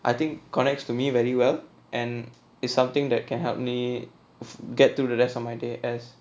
I think connects to me very well and it's something that can help me get to the rest of my day as